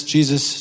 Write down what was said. Jesus